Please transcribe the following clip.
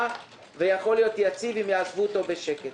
ויכול להיות יציב אם יעזבו אותו בשקט.